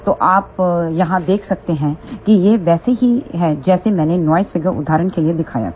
तो आप यहाँ देख सकते हैं कि यह वैसा ही है जैसा मैंने नॉइस फिगर उदाहरण के लिए दिखाया था